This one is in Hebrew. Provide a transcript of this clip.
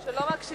שלא מקשיבה לך.